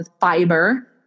fiber